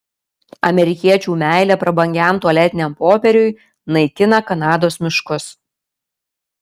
amerikiečių meilė prabangiam tualetiniam popieriui naikina kanados miškus